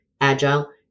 agile